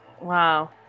Wow